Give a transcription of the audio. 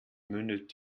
mündet